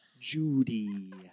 Judy